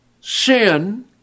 sin